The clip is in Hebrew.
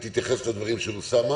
את העניין וגם תתייחס לדברים של אוסמה.